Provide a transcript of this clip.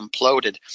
imploded